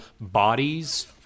bodies